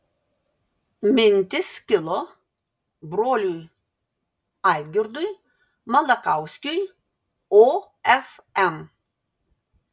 mintis kilo broliui algirdui malakauskiui ofm